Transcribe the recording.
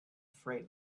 freight